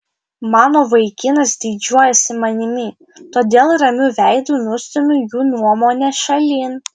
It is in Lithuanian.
mano vaikinas didžiuojasi manimi todėl ramiu veidu nustumiu jų nuomonę šalin